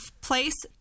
place